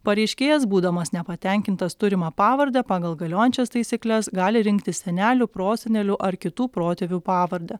pareiškėjas būdamas nepatenkintas turima pavarde pagal galiojančias taisykles gali rinktis senelių prosenelių ar kitų protėvių pavardę